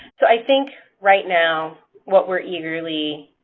so i think right now what we're eagerly